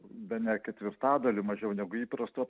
bene ketvirtadaliu mažiau negu įprasta